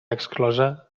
exclosa